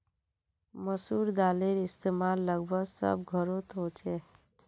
मसूर दालेर इस्तेमाल लगभग सब घोरोत होछे